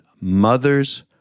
mother's